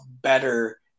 better